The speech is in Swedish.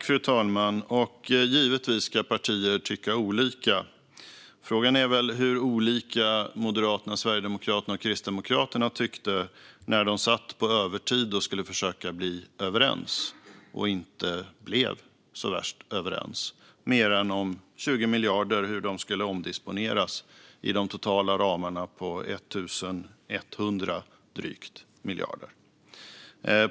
Fru talman! Givetvis ska partier tycka olika; frågan är väl hur olika Moderaterna, Sverigedemokraterna och Kristdemokraterna tyckte när de satt på övertid och skulle försöka bli överens. Man blev inte så värst överens, mer än om 20 miljarder och hur dessa skulle omdisponeras inom de totala ramarna på drygt 1 100 miljarder.